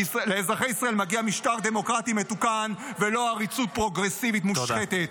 לאזרחי ישראל מגיע משטר דמוקרטי מתוקן ולא עריצות פרוגרסיבית מושחתת.